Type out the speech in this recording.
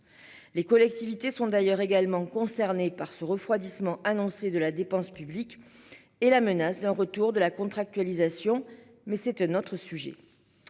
Les collectivités sont d'ailleurs également concernés par ce refroidissement annoncer de la dépense publique et la menace d'un retour de la contractualisation. Mais c'est un autre sujet.